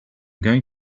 going